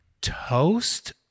toast